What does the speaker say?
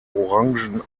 orangen